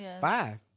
Five